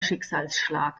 schicksalsschlag